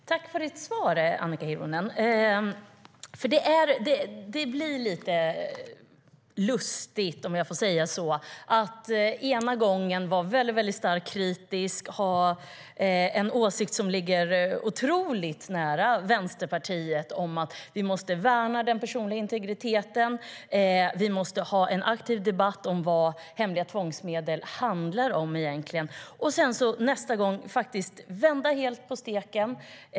Herr talman! Tack för ditt svar, Annika Hirvonen! Det blir lite lustigt, om jag får säga så, att ena gången vara väldigt starkt kritisk och ha en åsikt som ligger otroligt nära Vänsterpartiets - att vi måste värna den personliga integriteten och ha en aktiv debatt om vad hemliga tvångsmedel egentligen handlar om - för att nästa gång vända helt på steken.